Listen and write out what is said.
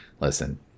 listen